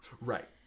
Right